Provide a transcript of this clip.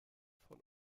von